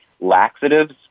laxatives